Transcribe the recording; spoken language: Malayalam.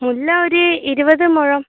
മുല്ല ഒരു ഇരുപത് മുഴം